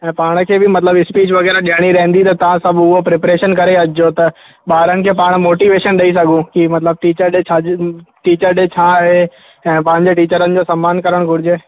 ऐं पाण खे बि मतिलबु स्पीच वग़ैरह ॾेयणी रहंदी त तव्हां सभु उहो प्रिपरेशन करे अचिजो त ॿारनि खे पाण मोटिवेशन ॾेई सघूं की मतिलब टीचर डे छाजे टीचर डे छा आहे ऐं पंहिंजे टीचरनि जो सम्मान करणु घुरिजे